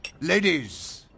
Ladies